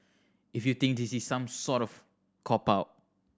if you think this is some sort of cop out